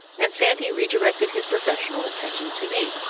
and sandy redirected his professional attention to me.